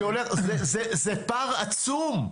זה פער עצום.